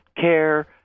care